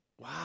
Wow